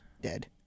dead